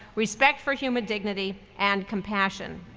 respect for human dignity, and compassion.